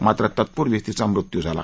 मात्र तत्त्पुर्वीच तिचा मृत्यू झाला